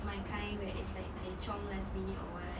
my kind where is like they chiong last minute or what